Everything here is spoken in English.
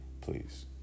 please